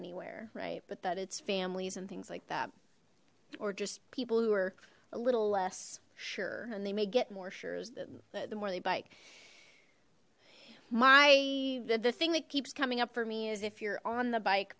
anywhere right but that it's families and things like that or just people who are a little less sure and they may get more shares than the more they bike my the thing that keeps coming up for me is if you're on the bike